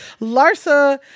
Larsa